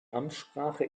amtssprache